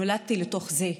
נולדתי לתוך זה,